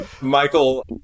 Michael